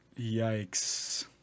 Yikes